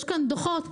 יש כאן דוחות.